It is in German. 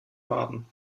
baden